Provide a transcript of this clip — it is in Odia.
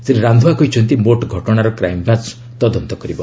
ଶ୍ରୀ ରାନ୍ଧୱା କହିଛନ୍ତି ମୋଟ୍ ଘଟଣାର କ୍ରାଇମ୍ବ୍ରାଞ୍ଚ ତଦନ୍ତ କରିବ